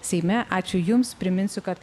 seime ačiū jums priminsiu kad